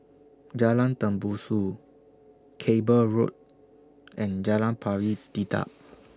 Jalan Tembusu Cable Road and Jalan Pari Dedap